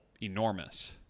enormous